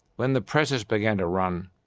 when the presses began to run,